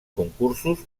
concursos